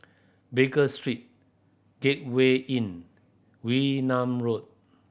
Baker Street Gateway Inn Wee Nam Road